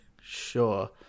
sure